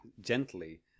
gently